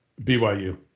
BYU